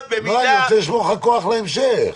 אני רוצה לשמור לך כוח להמשך...